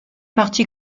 parti